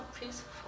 peaceful